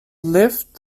left